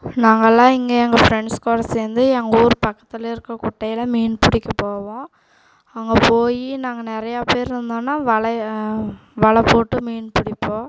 நாங்களெல்லாம் இங்கே எங்கள் ஃப்ரெண்ட்ஸ்கூட சேர்ந்து எங்கள் ஊரு பக்கத்தில் இருக்கிற குட்டையில் மீன் பிடிக்க போவோம் அங்கே போய் நாங்கள் நிறையா பேர் இருந்தோம்னா வலை வலை போட்டு மீன் பிடிப்போம்